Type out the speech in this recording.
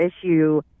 issue